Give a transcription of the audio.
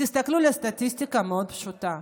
תסתכלו על הסטטיסטיקה המאוד-פשוטה.